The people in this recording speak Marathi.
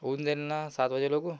होऊन जाईल ना सात वाजे